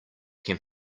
can